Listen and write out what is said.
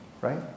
Right